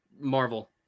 Marvel